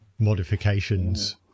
modifications